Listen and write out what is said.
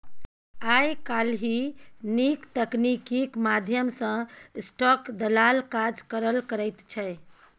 आय काल्हि नीक तकनीकीक माध्यम सँ स्टाक दलाल काज करल करैत छै